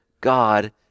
God